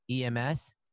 EMS